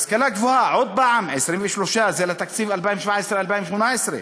השכלה גבוהה, עוד פעם, 23, זה לתקציב 2017 2018,